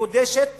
מקודשת